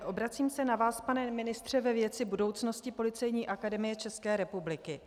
Obracím se na vás, pane ministře, ve věci budoucnosti Policejní akademie České republiky.